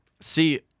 See